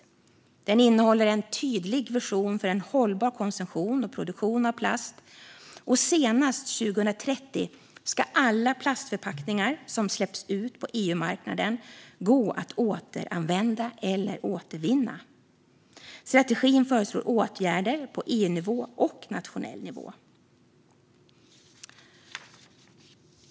Den innehåller en tydlig vision för en hållbar konsumtion och produktion av plast. Senast 2030 ska alla plastförpackningar som släpps ut på EU-marknaden gå att återanvända eller återvinna. Strategin föreslår åtgärder på EU-nivå och nationell nivå.